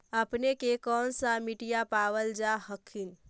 अपने के कौन सा मिट्टीया पाबल जा हखिन?